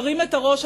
תרים את הראש,